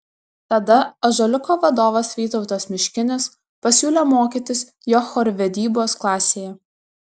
tada ąžuoliuko vadovas vytautas miškinis pasiūlė mokytis jo chorvedybos klasėje